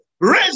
raise